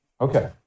Okay